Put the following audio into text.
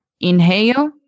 inhale